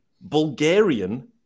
Bulgarian